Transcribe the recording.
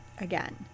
again